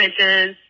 bitches